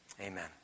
amen